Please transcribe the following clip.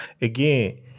again